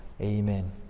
Amen